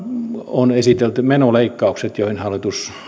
on esitelty menoleikkaukset